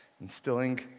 instilling